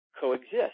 coexist